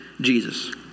Jesus